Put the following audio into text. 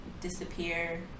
disappear